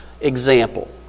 Example